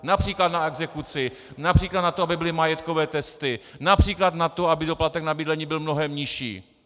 Například na exekuci, například na to, aby byly majetkové testy, například na to, aby doplatek na bydlení byl mnohem nižší.